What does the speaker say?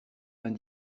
vingt